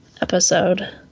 episode